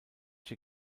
che